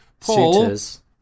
Suitors